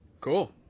Cool